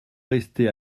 rester